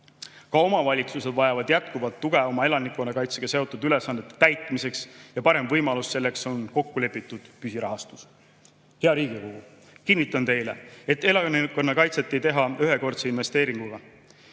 Ka omavalitsused vajavad jätkuvalt tuge elanikkonnakaitsega seotud ülesannete täitmiseks ja parim võimalus selleks on kokkulepitud püsirahastus. Hea Riigikogu! Kinnitan teile, et elanikkonnakaitset ei tehta ühekordse investeeringuga.